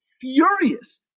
furious